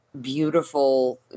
beautiful